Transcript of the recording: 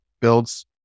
builds